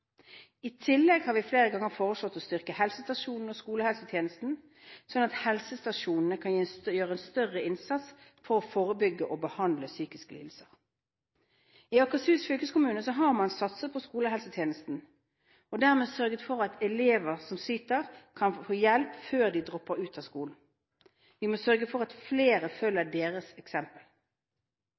I tillegg har vi flere ganger foreslått å styrke helsestasjonene og skolehelsetjenesten, slik at helsestasjonene kan gjøre en større innsats for å forebygge og behandle psykiske lidelser. I Akershus fylkeskommune har man satset på skolehelsetjenesten og dermed sørget for at elever som sliter, kan få hjelp før de dropper ut av skolen. Vi må sørge for at flere følger deres eksempel.